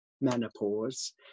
menopause